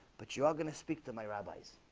but you're gonna speak to my rabbis